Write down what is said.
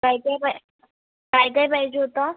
काय काय बाय काय काय पाहिजे होतं